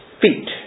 feet